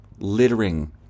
littering